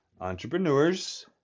Entrepreneurs